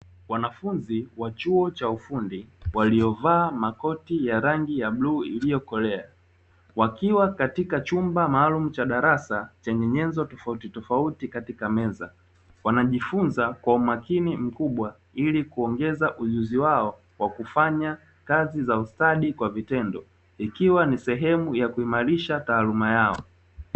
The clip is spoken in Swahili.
Wanafunzi wa chuo cha ufundi waliova makoti ya rangi ya bluu iliyokolea, wakiwa katika chumba maalumu cha darasa chenye nyenzo tofautitofauti katika meza, wanajifunza kwa umakini mkubwa ili kuongeza ujuzi wao wa kufanya kazi za ustadi kwa vitendo, ikiwa ni sehemu ya kuimarisha taaluma yao.